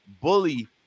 bully